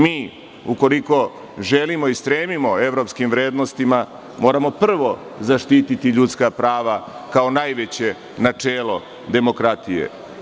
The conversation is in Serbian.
Mi, ukoliko želimo i stremimo evropskim vrednostima, moramo prvo zaštititi ljudska prava, kao najveće načelo demokratije.